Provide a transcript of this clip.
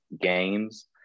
games